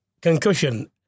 concussion